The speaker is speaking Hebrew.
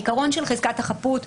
העיקרון של חזקת החפות,